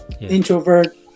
introvert